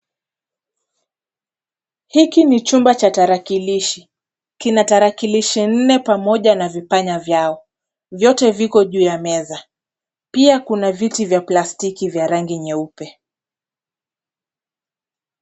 Hiki ni chumba cha tarakilishi. Kina tarakilishi nne pamoja na vipanya vyao . Vyote viko juu ya meza, pia kuna viti vya plastiki vya rangi nyeupe.